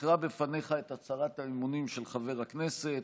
אקרא בפניך את הצהרת האמונים של חבר הכנסת,